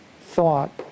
thought